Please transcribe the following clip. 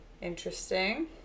Interesting